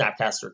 Snapcaster